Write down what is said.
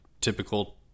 typical